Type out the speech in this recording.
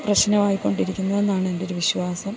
പ്രശ്നമായിക്കൊണ്ടിരിക്കുന്നു എന്നാണ് എൻ്റെ ഒരു വിശ്വാസം